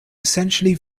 essentially